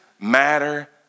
matter